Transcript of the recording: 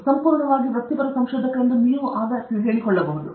ಆಗ ನೀವು ಸಂಪೂರ್ಣವಾಗಿ ವೃತ್ತಿಪರ ಸಂಶೋಧಕ ಎಂದು ಹೇಳಬಹುದು